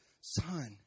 son